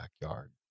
backyard